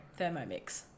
thermomix